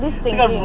this thinking